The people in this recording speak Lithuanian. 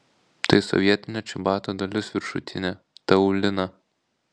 tai sovietinio čebato dalis viršutinė ta aulina